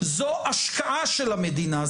זו השקעה של המדינה.